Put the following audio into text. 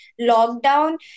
lockdown